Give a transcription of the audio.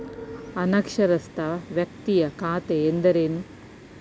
ಅನಕ್ಷರಸ್ಥ ವ್ಯಕ್ತಿಯ ಖಾತೆ ಎಂದರೇನು?